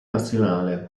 nazionale